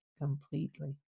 completely